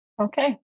Okay